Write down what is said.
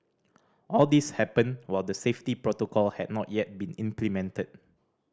all this happened while the safety protocol had not yet been implemented